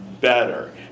better